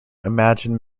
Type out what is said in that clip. imagine